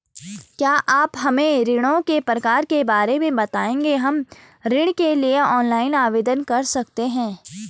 क्या आप हमें ऋणों के प्रकार के बारे में बताएँगे हम ऋण के लिए ऑनलाइन आवेदन कर सकते हैं?